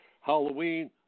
Halloween